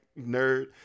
nerd